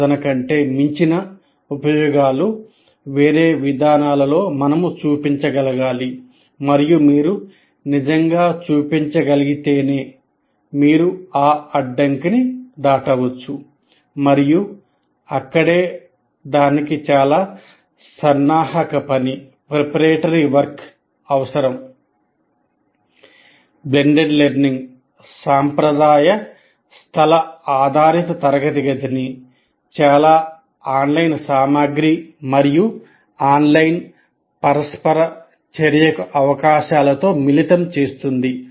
blended learning సాంప్రదాయ స్థల ఆధారిత తరగతి గదిని చాలా ఆన్లైన్ సామగ్రి మరియు ఆన్లైన్ పరస్పర చర్యకు అవకాశాలతో మిళితం చేస్తుంది